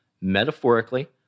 metaphorically